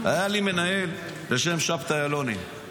היה לי מנהל בשם שבתאי אלוני.